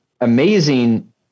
amazing